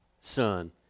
son